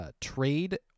trade